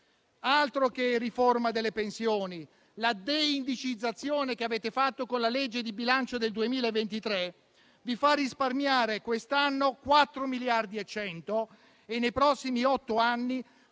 Altro che riforma delle pensioni! La deindicizzazione che avete fatto con la legge di bilancio per il 2023 vi fa risparmiare quest'anno 4 miliardi e 100 milioni e, nei prossimi otto anni,